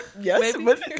Yes